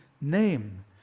name